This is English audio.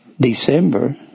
December